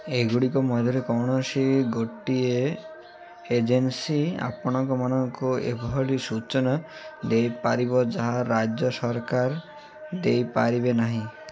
ଏଗୁଡ଼ିକ ମଧ୍ୟରୁ କୌଣସି ଗୋଟିଏ ଏଜେନ୍ସି ଆପଣମାନଙ୍କୁ ଏଭଳି ସୂଚନା ଦେଇପାରିବ ଯାହା ରାଜ୍ୟ ସରକାର ଦେଇପାରିବେ ନାହିଁ